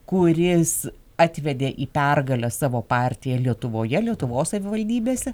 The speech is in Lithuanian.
kuris atvedė į pergalę savo partiją lietuvoje lietuvos savivaldybėse